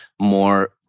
more